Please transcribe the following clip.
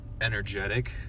energetic